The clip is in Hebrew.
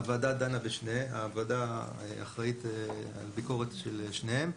הוועדה אחראית על הביקורת של שניהם.